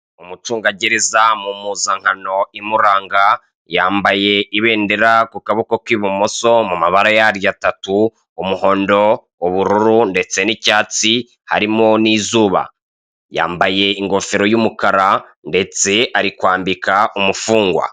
Umucungagereza mu mpuzankano imuranga, yambaye ibendera ku kaboko k'ibumoso mu mabara yaryo atatu, umuhondo, ubururu ndetse n'icyatsi harimo n'izuba. Yambaye ingofero y'umukara ndetse ari kwambika umufungwa.